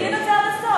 תגיד את זה עד הסוף.